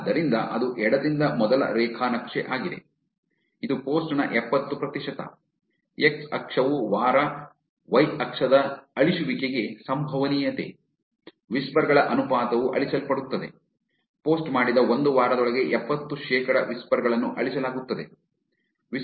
ಆದ್ದರಿಂದ ಅದು ಎಡದಿಂದ ಮೊದಲ ರೇಖಾ ನಕ್ಷೆ ಆಗಿದೆ ಇದು ಪೋಸ್ಟ್ ನ ಎಪ್ಪತ್ತು ಪ್ರತಿಶತ ಎಕ್ಸ್ ಅಕ್ಷವು ವಾರ ವೈ ಅಕ್ಷದ ಅಳಿಸುವಿಕೆಗೆ ಸಂಭವನೀಯತೆ ವಿಸ್ಪರ್ ಗಳ ಅನುಪಾತವು ಅಳಿಸಲ್ಪಡುತ್ತದೆ ಪೋಸ್ಟ್ ಮಾಡಿದ ಒಂದು ವಾರದೊಳಗೆ ಎಪ್ಪತ್ತು ಶೇಕಡಾ ವಿಸ್ಪರ್ ಗಳನ್ನು ಅಳಿಸಲಾಗುತ್ತದೆ